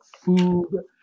food